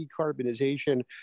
decarbonization